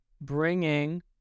bringing